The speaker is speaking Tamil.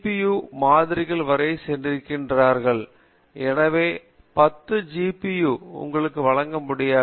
யூ மாதிரிகள் வரை சென்றிருக்கிறார்கள் எனவே 10 Ghz உங்களுக்கு வழங்க முடியாது